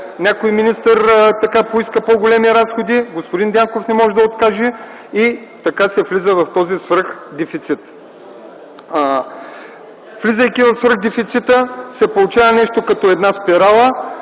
някой министър поиска по-големи разходи, господин Дянков не може да откаже и така се влиза в този свръхдефицит. (Реплики от ГЕРБ.) Влизайки в свръхдефицита, се получава нещо като спирала,